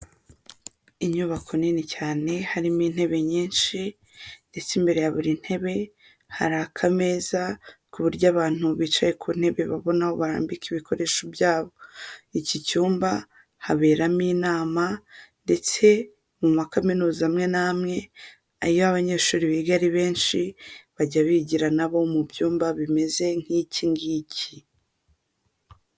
Inyubako nini cyane harimo intebe nyinshi ndetse imbere ya buri ntebe hari akameza ku buryo abantu bicaye ku ntebe babona aho barambika ibikoresho byabo, iki cyumba haberamo inama ndetse mu ma kaminuza amwe n'amwe ayo abanyeshuri biga ari benshi bajya bigira na bo mu byumba bimeze nk'iki ngiki.